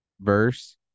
verse